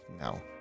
No